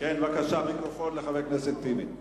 בבקשה, מיקרופון לחבר הכנסת טיבי.